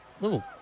little